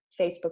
Facebook